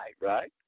right